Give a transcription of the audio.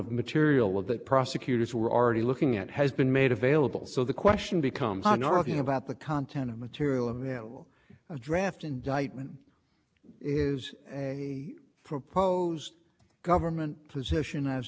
material of that prosecutors were already looking at has been made available so the question becomes a normal thing about the content of material available a draft indictment is a proposed government position as to